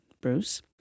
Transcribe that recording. Bruce